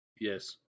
Yes